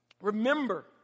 remember